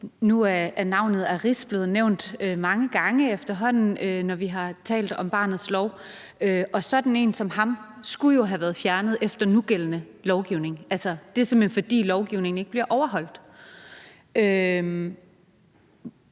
Nu er navnet Ariz blevet nævnt mange gange efterhånden, når vi har talt om barnets lov, og sådan en som ham skulle jo have været fjernet efter nugældende lovgivning. Altså, det er simpelt hen, fordi lovgivningen ikke bliver overholdt.